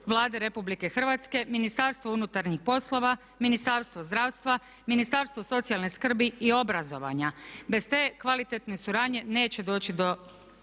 Vlade Republike Hrvatske, Ministarstvo unutarnjih poslova, Ministarstvo zdravstva, Ministarstvo socijalne skrbi i obrazovanja. Bez te kvalitetne suradnje neće doći do